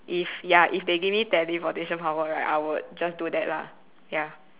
if ya if they give me teleportation power right I would just do that lah ya